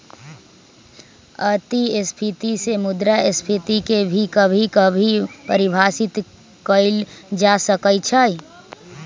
अतिस्फीती से मुद्रास्फीती के भी कभी कभी परिभाषित कइल जा सकई छ